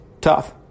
tough